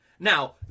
Now